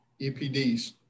EPDs